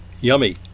Yummy